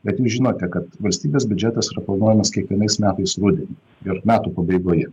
bet jūs žinote kad valstybės biudžetas yra planuojamas kiekvienais metais rudenį ir metų pabaigoje